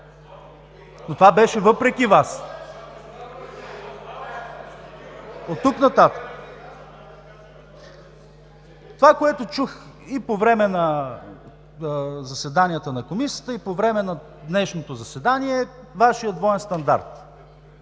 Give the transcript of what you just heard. от „БСП за България“.) От тук нататък това, което чух, и по време на заседанията на Комисията, и по време на днешното заседание, е Вашият двоен стандарт.